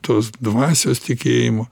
tos dvasios tikėjimo